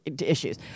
issues